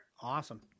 Awesome